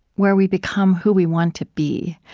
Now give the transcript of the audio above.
where we become who we want to be.